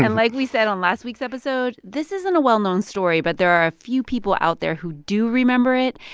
and like we said on last week's episode, this isn't a well-known story, but there are a few people out there who do remember it.